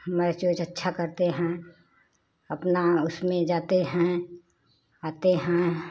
match उच अच्छा करते हैं अपना उसमें जाते हैं आते हैं